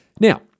now